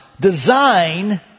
design